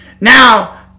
Now